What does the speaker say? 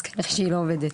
אז ככה שהיא לא עובדת.